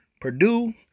Purdue